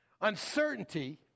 Uncertainty